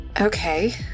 okay